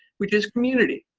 which is community.